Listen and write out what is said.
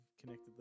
connected